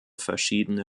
verschiedene